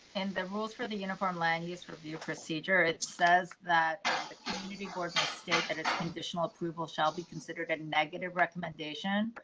and the rules for the uniform line, his review procedure it says that before state and its conditional approval shall be considered a negative recommendation.